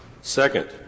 Second